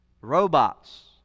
robots